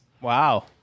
Wow